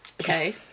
okay